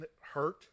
hurt